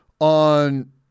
on –